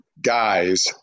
guys